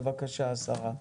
בבקשה השרה.